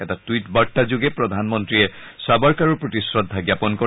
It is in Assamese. এটা টুইট বাৰ্তাযোগে প্ৰধানমন্ত্ৰীয়ে চাবাৰকাৰৰ প্ৰতি শ্ৰদ্ধা জ্ঞাপন কৰে